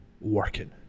working